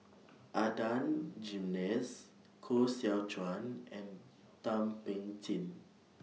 Adan Jimenez Koh Seow Chuan and Thum Ping Tjin